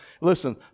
Listen